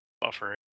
Buffer